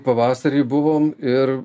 pavasarį buvom ir